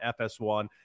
FS1